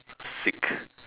sick